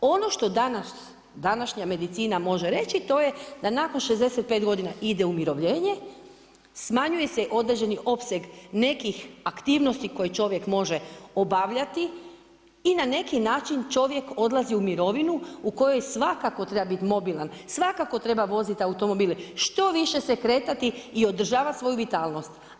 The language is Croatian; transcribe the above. Ono što današnja medicina može reći to je da nakon 65 godina ide umirovljenje, smanjuje se određeni opseg nekih aktivnosti koje čovjek može obavljati i na neki način čovjek odlazi u mirovinu u kojoj svakako treba biti mobilan, svakako treba voziti automobil, što više se kretati i održavati svoju vitalnost.